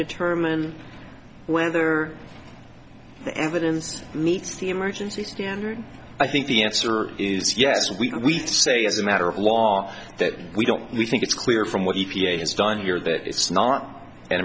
determine whether the evidence meets the emergency standard i think the answer is yes we say as a matter of law that we don't we think it's clear from what e t a has done here that it's not an